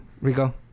Rico